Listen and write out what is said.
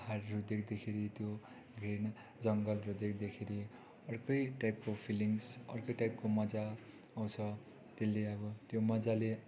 पाहाडहरू देख्दैखेरि त्यो भिर जङ्गलहरू देख्दैखेरि अर्कै टाइपको फिलिङ्ग्स अर्कै टाइपको मजा आउँछ त्यले अब त्यो मजाले